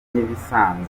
nk’ibisanzwe